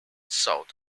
south